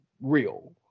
real